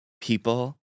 people